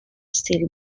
still